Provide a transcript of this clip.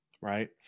right